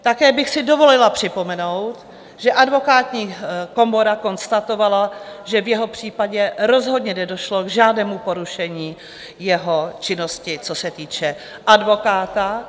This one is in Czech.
Také bych si dovolila připomenout, že Advokátní komora konstatovala, že v jeho případě rozhodně nedošlo k žádnému porušení jeho činnosti, co se týče advokáta.